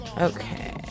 Okay